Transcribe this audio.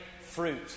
fruit